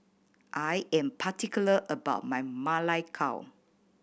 I am particular about my Ma Lai Gao